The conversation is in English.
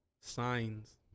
Signs